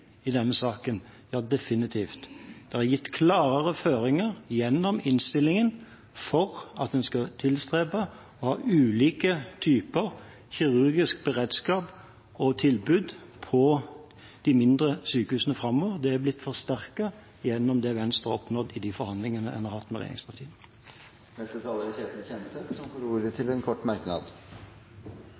i denne saken? Ja, definitivt! Det er gitt klarere føringer gjennom innstillingen om at en skal tilstrebe å ha ulike typer kirurgisk beredskap og tilbud på de mindre sykehusene framover. Det har blitt forsterket gjennom det Venstre har oppnådd i de forhandlingene en har hatt med regjeringspartiene. Representanten Ketil Kjenseth har hatt ordet to ganger tidligere og får ordet til en kort merknad,